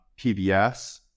PBS